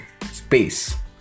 space